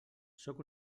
sóc